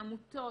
עמותות,